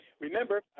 Remember